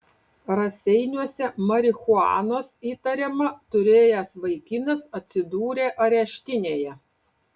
raseiniuose marihuanos įtariama turėjęs vaikinas atsidūrė areštinėje